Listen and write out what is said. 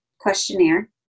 questionnaire